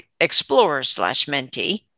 explorer-slash-mentee